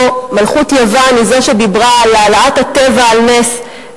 מלכות יוון היא זו שדיברה על העלאת הטבע על נס,